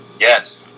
Yes